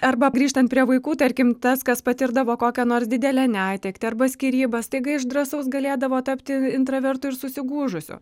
arba grįžtant prie vaikų tarkim tas kas patirdavo kokią nors didelę netektį arba skyrybas staiga iš drąsaus galėdavo tapti intravertu ir susigūžusiu